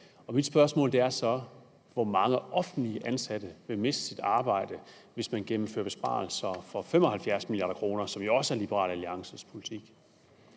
kr. Mit spørgsmål er så: Hvor mange offentligt ansatte vil miste deres arbejde, hvis man gennemfører besparelser for 75 mia. kr., som jo også er Liberal Alliances politik?